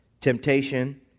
temptation